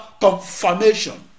confirmation